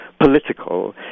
political